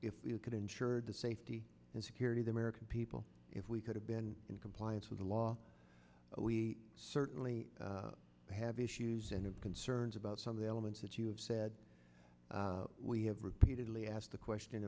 could ensure the safety and security the american people if we could have been in compliance with the law we certainly have issues and concerns about some of the elements that you have said we have repeatedly asked the question